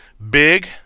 Big